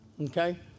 Okay